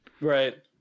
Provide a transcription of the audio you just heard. Right